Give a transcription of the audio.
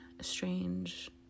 strange